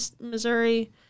Missouri